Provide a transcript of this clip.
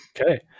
Okay